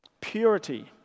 Purity